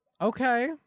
Okay